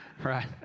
Right